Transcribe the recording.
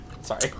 Sorry